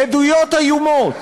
עדויות איומות,